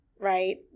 Right